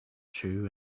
true